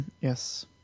Yes